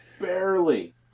barely